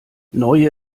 neue